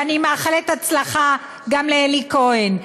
ואני מאחלת הצלחה גם לאלי כהן,